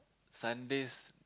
Sundays